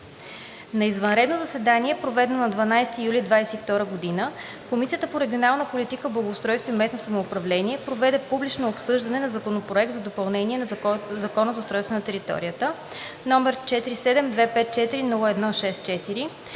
На извънредно заседание, проведено на 12 юли 2022 г., Комисията по регионална политика, благоустройство и местно самоуправление проведе публично обсъждане на: Законопроект за допълнение на Закона за устройство на територията, № 47-254-01-64,